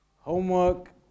Homework